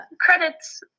credits